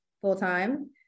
full-time